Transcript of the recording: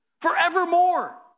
forevermore